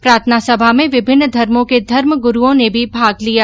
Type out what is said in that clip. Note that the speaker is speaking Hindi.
प्रार्थना सभा में विभिन्न धर्मों के धर्म गुरूओं ने भी भाग लिया